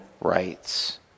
rights